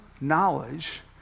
knowledge